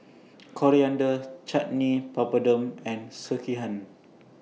Coriander Chutney Papadum and Sekihan